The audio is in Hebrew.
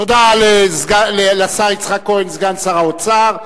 תודה לשר יצחק כהן, סגן שר האוצר.